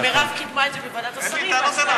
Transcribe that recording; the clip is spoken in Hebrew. אנחנו,